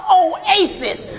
oasis